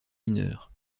mineurs